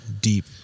deep